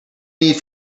need